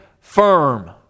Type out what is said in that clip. firm